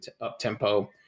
up-tempo